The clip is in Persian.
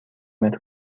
متر